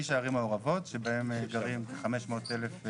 תשע ערים מעורבות שבהן גרים כ-500,000,